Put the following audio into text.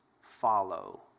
follow